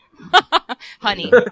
Honey